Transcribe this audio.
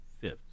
fifth